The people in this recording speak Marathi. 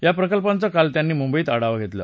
या प्रकल्पांचा काल त्यांनी मुंबईत आढावा घेतला